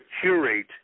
curate